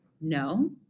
No